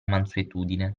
mansuetudine